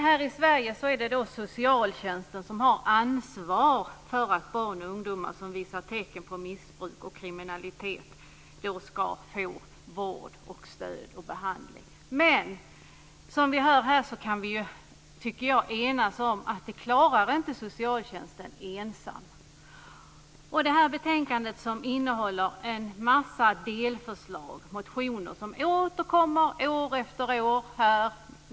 Här i Sverige är det socialtjänsten som har ansvar för att barn och ungdomar som visar tecken på missbruk och kriminalitet ska få vård, stöd och behandling. Men efter vad vi har hört här kan vi nog enas om att socialtjänsten inte klarar detta ensam. Betänkandet innehåller en massa delförslag, motioner som återkommer år efter år.